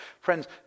Friends